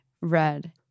red